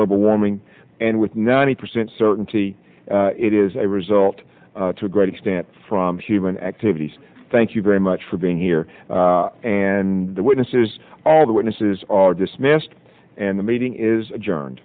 global warming and with ninety percent certainty it is a result to a great extent from human activities thank you very much for being here and the witnesses all the witnesses are dismissed and the meeting is